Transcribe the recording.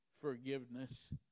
forgiveness